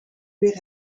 weer